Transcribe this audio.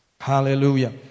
Hallelujah